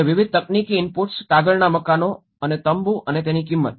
અને વિવિધ તકનીકી ઇનપુટ્સ કાગળના મકાનો અને તંબૂ અને તેની કિંમત